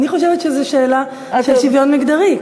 אני חושבת שזו שאלה של שוויון מגדרי,